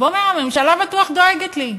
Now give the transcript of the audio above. ואומר: הממשלה בטוח דואגת לי.